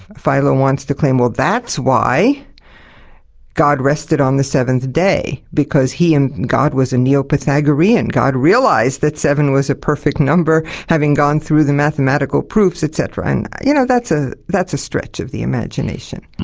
philo wants to claim, well, that's why god rested on the seventh day because he. and god was a neo-pythagorean, god realised that seven was a perfect number, having gone through the mathematical proofs, etc. and you know, that's ah that's a stretch of the imagination.